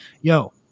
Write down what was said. Yo